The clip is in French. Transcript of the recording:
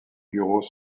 bureaux